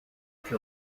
que